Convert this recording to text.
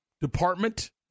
department